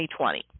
2020